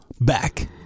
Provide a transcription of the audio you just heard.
back